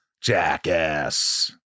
jackass